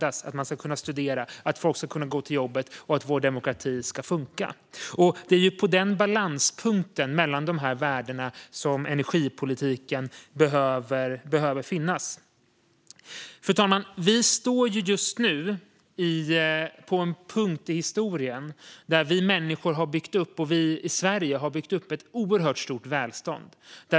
Jag vill att man ska kunna studera, att folk ska kunna gå till jobbet och att vår demokrati ska funka. Det är vid den balanspunkten mellan de här värdena som energipolitiken behöver finnas. Fru talman! Vi står just nu vid en punkt i historien där vi människor har byggt upp, och vi i Sverige har byggt upp, ett oerhört stort välstånd.